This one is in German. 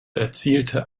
erzielte